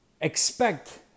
expect